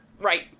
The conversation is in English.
right